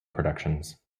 productions